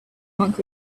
monk